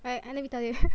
right let me tell you